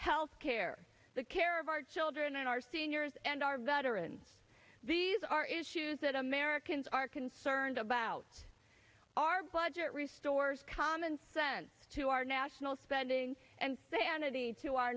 health care the care of our children our seniors and our veterans these are issues that americans are concerned about our budget restores common sense to our national spending and say entity to our